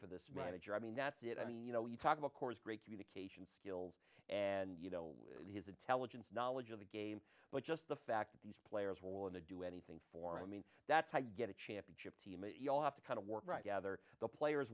for this manager i mean that's it i mean you know you talk about course great communication skills and you know his intelligence knowledge of the game but just the fact that these players were all in a do anything for i mean that's how i get a championship team i have to kind of work right gather the players